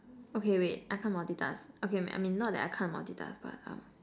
okay wait I can't multitask okay I mean not that I can't multitask but um